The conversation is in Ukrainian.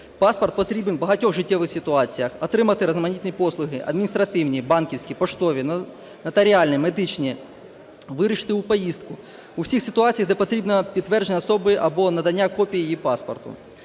Паспорт потрібний у багатьох життєвих ситуаціях: отримати різноманітні послуги – адміністративні, банківські, поштові, нотаріальні, медичні; вирушити у поїздку; у всіх ситуаціях, де потрібно підтвердження особи або надання копій її паспорту.